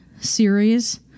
series